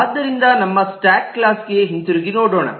ಆದ್ದರಿಂದ ನಮ್ಮ ಸ್ಟ್ಯಾಕ್ ಕ್ಲಾಸ್ಗೆ ಹಿಂತಿರುಗಿ ನೋಡೋಣ